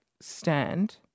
stand